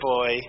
Boy